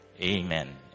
Amen